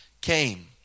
came